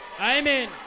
Amen